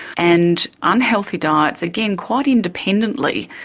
and unhealthy diets, again, quite independently,